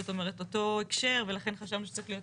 זאת אומרת אותו הקשר ולכן חשבנו שצריך להיות